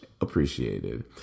appreciated